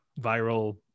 viral